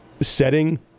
setting